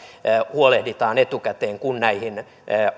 huolehditaan etukäteen kun näihin